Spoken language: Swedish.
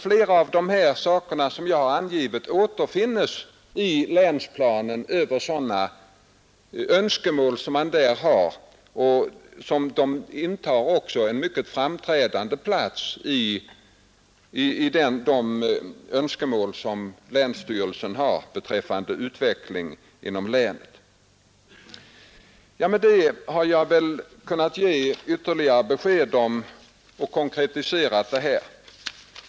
Flera av de åtgärder som jag har angivit återfinnes i länsplanen och intar också en mycket framträdande plats bland länsstyrelsens önskemål beträffande utvecklingen inom länet. Med den här redogörelsen har jag väl kunnat ge ytterligare besked och därmed konkretiserat svaret.